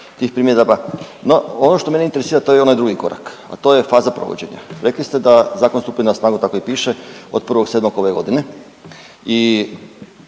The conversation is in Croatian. tih primjedaba. No, ono što mene interesira to je onaj drugi korak, a to je faza provođenja. Rekli ste da zakon stupa na snagu tako i piše od 1.7. ove godine i